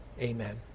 Amen